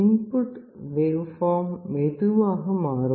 input waveform மெதுவாக மாறும்